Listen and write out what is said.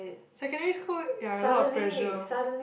secondary school ya a lot of pressure